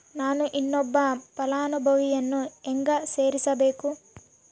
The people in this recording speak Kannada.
ನಾನು ಇನ್ನೊಬ್ಬ ಫಲಾನುಭವಿಯನ್ನು ಹೆಂಗ ಸೇರಿಸಬೇಕು?